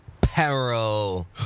Peril